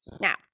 now